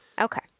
okay